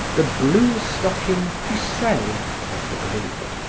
the blue-stocking pucelle of the group,